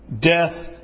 Death